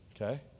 okay